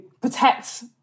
protect